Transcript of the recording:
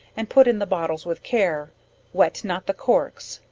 and put in the bottles with care wet not the corks,